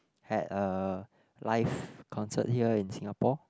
had a live concert here in Singapore